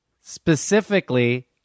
Specifically